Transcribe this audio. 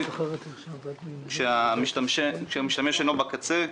כשהמשתמש אינו בקצה,